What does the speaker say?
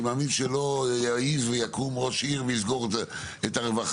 אני מאמין שלא יעז ויקום ראש עיר ויסגור את הרווחה,